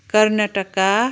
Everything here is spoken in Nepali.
कर्नाटक